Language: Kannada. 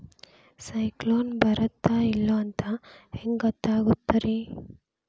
ಸೈಕ್ಲೋನ ಬರುತ್ತ ಇಲ್ಲೋ ಅಂತ ಹೆಂಗ್ ಗೊತ್ತಾಗುತ್ತ ರೇ?